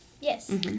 Yes